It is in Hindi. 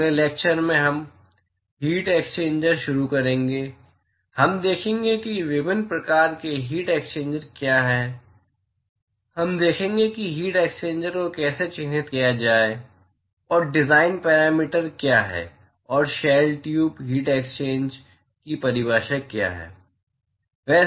तो अगले लेक्चर से हम हीट एक्सचेंजर्स शुरू करेंगे हम देखेंगे कि विभिन्न प्रकार के हीट एक्सचेंज क्या हैं हम देखेंगे कि हीट एक्सचेंजों को कैसे चिह्नित किया जाए और डिजाइन पैरामीटर क्या हैं और शेल ट्यूब हीट एक्सचेंज की परिभाषा क्या है